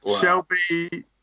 Shelby